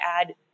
add